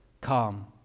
come